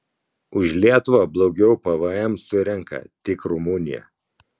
už lietuvą blogiau pvm surenka tik rumunija